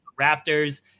Raptors